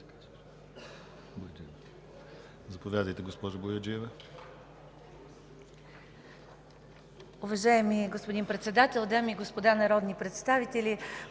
Заповядайте, госпожо Бояджиева.